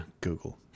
Google